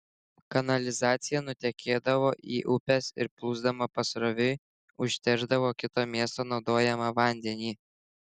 kanalizacija nutekėdavo į upes ir plūsdama pasroviui užteršdavo kito miesto naudojamą vandenį